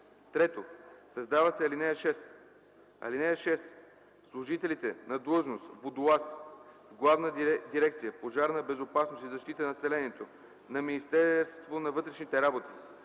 3. Създава се ал. 6: „(6) Служителите на длъжност “водолаз” в Главна дирекция “Пожарна безопасност и защита на населението” на Министерството на вътрешните работи,